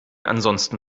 ansonsten